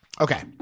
Okay